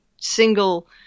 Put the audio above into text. single